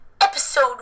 episode